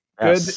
Good